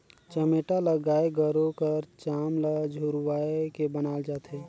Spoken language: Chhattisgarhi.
चमेटा ल गाय गरू कर चाम ल झुरवाए के बनाल जाथे